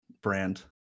brand